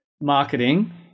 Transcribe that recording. marketing